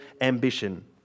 ambition